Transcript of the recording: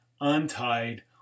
untied